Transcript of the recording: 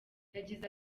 yagize